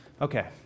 Okay